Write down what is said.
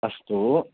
अस्तु